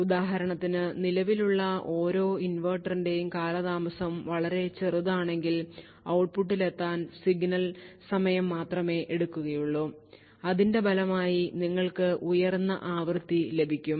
ഉദാഹരണത്തിന് നിലവിലുള്ള ഓരോ ഇൻവെർട്ടറിൻറെയും കാലതാമസം വളരെ ചെറുതാണെങ്കിൽ ഔട്ട്പുട്ടിൽ എത്താൻ സിഗ്നൽ സമയം മാത്രമേ എടുക്കുകയുള്ളു അതിന്റെ ഫലമായി നിങ്ങൾക്ക് ഉയർന്ന ആവൃത്തി ലഭിക്കും